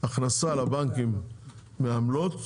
הכנסה לבנקים מעמלות,